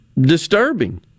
disturbing